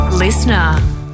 Listener